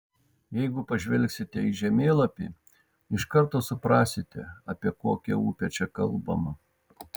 jeigu pažvelgsite į žemėlapį iš karto suprasite apie kokią upę čia kalbama